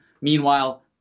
Meanwhile